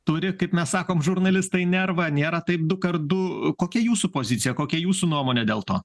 turi kaip mes sakom žurnalistai nervą nėra taip du kart du kokia jūsų pozicija kokia jūsų nuomonė dėl to